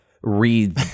read